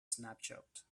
snapshot